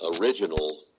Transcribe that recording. original